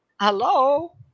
Hello